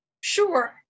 sure